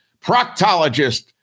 proctologist